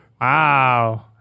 Wow